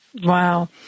Wow